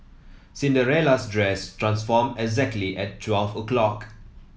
Cinderella's dress transformed exactly at twelve o'clock